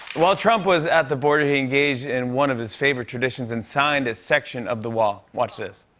while trump was at the border, he engaged in one of his favorite traditions and signed a section of the wall. watch this.